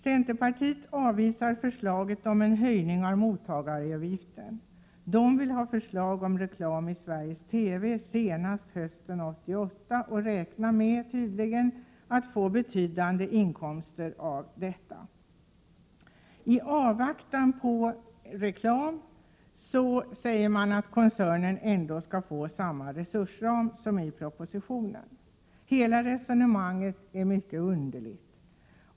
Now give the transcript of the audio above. Centerpartiet avvisar förslaget om en höjning av mottagaravgiften. Man vill ha förslag om reklam i Sveriges TV senast hösten 1988 och räknar tydligen med att få betydande inkomster av detta. I avvaktan på reklam säger man att koncernen ändå skall få samma resursram som i propositionen. Hela resonemanget är mycket underligt.